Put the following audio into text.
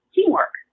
Teamwork